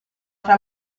fra